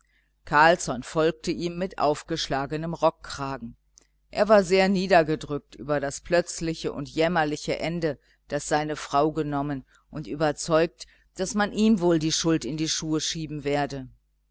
carlsson folgte ihm mit aufgeschlagenem rockkragen er war sehr niedergedrückt über das plötzliche und jämmerliche ende das seine frau genommen und überzeugt daß man ihm wohl die schuld in die schuhe schieben werde